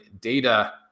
data